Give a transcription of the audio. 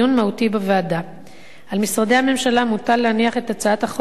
על משרדי הממשלה מוטל להניח את הצעת החוק מייד בתחילת מושב החורף,